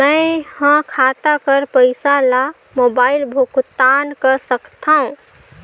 मैं ह खाता कर पईसा ला मोबाइल भुगतान कर सकथव?